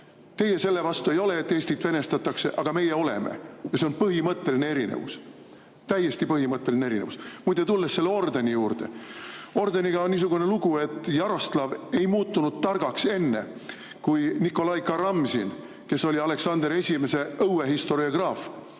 Teie selle vastu ei ole, et Eestit venestatakse, aga meie oleme. See on põhimõtteline erinevus. Täiesti põhimõtteline erinevus. Muide, tulles selle ordeni juurde. Ordeniga on niisugune lugu, et Jaroslav ei muutunud targaks enne, kui Nikolai Karamzin, kes oli Aleksander I õuehistoriograaf,